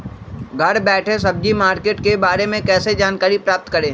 घर बैठे सब्जी मार्केट के बारे में कैसे जानकारी प्राप्त करें?